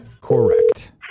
Correct